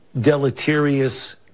deleterious